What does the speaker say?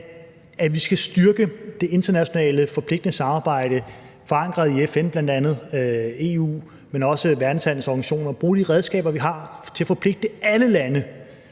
at vi skal styrke det internationale forpligtende samarbejde forankret i bl.a. FN, EU, men også Verdenshandelsorganisationen, og bruge de redskaber, vi har, til at forpligte alle lande,